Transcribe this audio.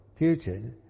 Putin